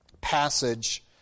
passage